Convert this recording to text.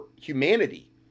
humanity